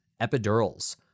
epidurals